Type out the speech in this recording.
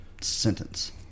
sentence